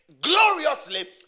gloriously